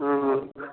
हँ